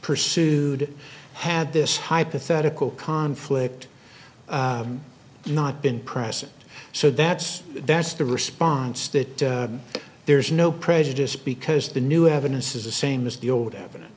pursued had this hypothetical conflict not been present so that's that's the response that there's no prejudice because the new evidence is the same as the old evidence